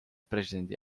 presidendi